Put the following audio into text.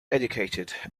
educated